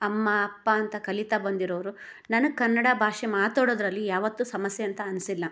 ಅಮ್ಮ ಅಪ್ಪ ಅಂತ ಕಲೀತಾ ಬಂದಿರೋರು ನನಗೆ ಕನ್ನಡ ಭಾಷೆ ಮಾತಾಡೋದರಲ್ಲಿ ಯಾವತ್ತೂ ಸಮಸ್ಯೆ ಅಂತ ಅನ್ಸಿಲ್ಲ